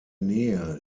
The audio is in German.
nähe